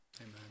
Amen